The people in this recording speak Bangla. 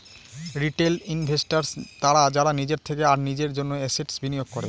রিটেল ইনভেস্টর্স তারা যারা নিজের থেকে আর নিজের জন্য এসেটস বিনিয়োগ করে